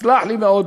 סלח לי מאוד,